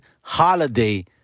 holiday